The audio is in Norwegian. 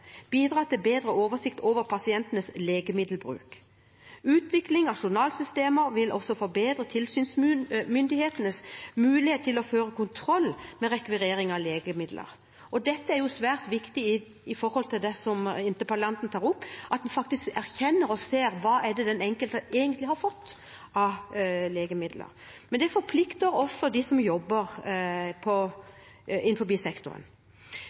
til bedre oversikt over pasientenes legemiddelbruk. Utvikling av journalsystemer vil også forbedre tilsynsmyndighetenes mulighet til å føre kontroll med rekvireringen av legemidler. Det er svært viktig med tanke på det som interpellanten tar opp, at en faktisk erkjenner og ser hva den enkelte egentlig har fått av legemidler. Men det forplikter også dem som jobber